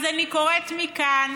אז אני קוראת מכאן